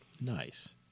nice